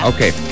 Okay